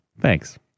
thanks